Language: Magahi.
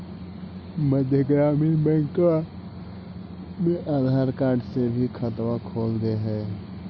मध्य ग्रामीण बैंकवा मे आधार कार्ड से भी खतवा खोल दे है?